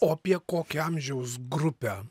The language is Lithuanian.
o apie kokią amžiaus grupę